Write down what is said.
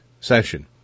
session